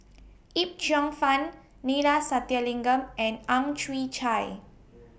Yip Cheong Fun Neila Sathyalingam and Ang Chwee Chai